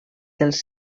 dels